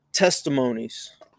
testimonies